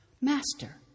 Master